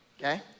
okay